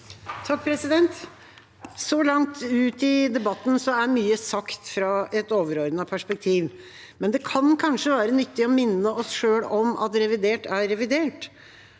(A) Så langt ut i de- batten er mye sagt fra et overordnet perspektiv. Men det kan kanskje være nyttig å minne oss selv på at revidert er revidert,